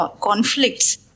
conflicts